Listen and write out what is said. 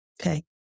Okay